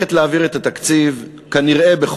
לא,